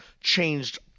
changed